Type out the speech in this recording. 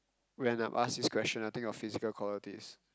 when I'm asked this question I will think of physical quality is